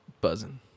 buzzing